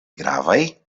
gravaj